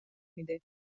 میده